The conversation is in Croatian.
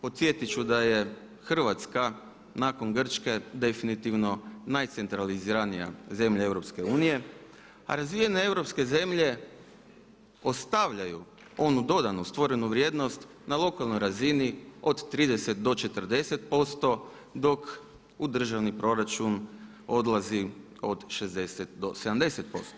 Podsjetiti ću da je Hrvatska nakon Grčke definitivno najcentraliziranija zemlja EU, a razvijene europske zemlje ostavljaju onu dodanu stvorenu vrijednost na lokalnoj razini od 30 do 40% dok u državni proračun odlazi od 60 do 70%